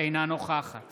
אינה נוכחת